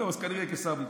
זהו, כנראה כשר ביטחון.